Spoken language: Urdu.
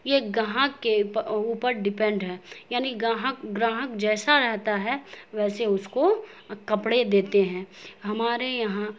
یہ گاہک کے اوپر ڈپینڈ ہے یعنی گاہگ گراہک جیسا رہتا ہے ویسے اس کو کپڑے دیتے ہیں ہمارے یہاں